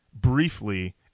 briefly